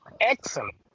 excellent